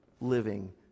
living